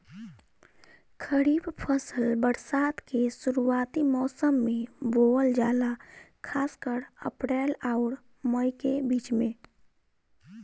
खरीफ फसल बरसात के शुरूआती मौसम में बोवल जाला खासकर अप्रैल आउर मई के बीच में